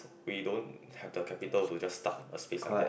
we don't have the capital to just start a space like that